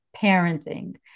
parenting